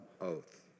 oath